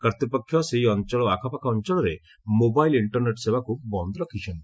କର୍ତ୍ତପକ୍ଷ ସେହି ଅଞ୍ଚଳ ଓ ଆଖପାଖ ଅଞ୍ଚଳରେ ମୋବାଇଲ୍ ଇଷ୍ଟରନେଟ୍ ସେବାକ୍ ବନ୍ଦ୍ ରଖିଚ୍ଚନ୍ତି